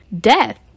death